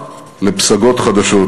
לפסגות חדשות.